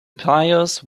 pious